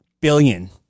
billion